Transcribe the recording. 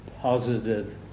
positive